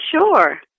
sure